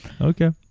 okay